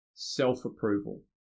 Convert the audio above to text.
self-approval